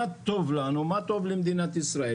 מה טוב לנו, מה טוב למדינת ישראל?